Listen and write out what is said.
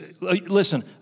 Listen